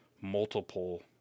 multiple